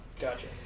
Gotcha